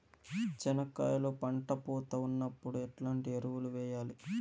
చెనక్కాయలు పంట పూత ఉన్నప్పుడు ఎట్లాంటి ఎరువులు వేయలి?